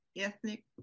ethnic